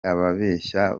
ababeshya